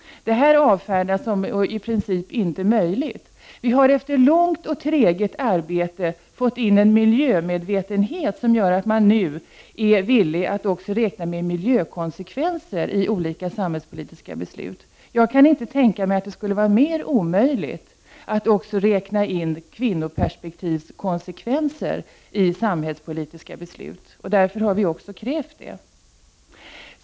Detta avfärdas i princip som inte möjligt. Vi har efter långt och träget arbete fått in en miljömedvetenhet, som gör att man nu är villig att också räkna med miljökonsekvenser i olika samhällspolitiska beslut. Jag kan inte tänka mig att det skulle vara mera omöjligt att också räkna in kvinnoperspektivkonsekvenser i samhällspolitiska beslut. Därför har vi krävt det.